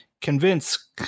convince